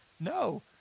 No